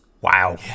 Wow